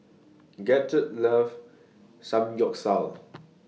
Gidget loves Samgeyopsal